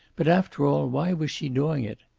but after all, why was she doing it?